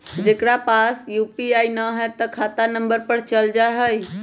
जेकरा पास यू.पी.आई न है त खाता नं पर चल जाह ई?